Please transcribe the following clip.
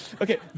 Okay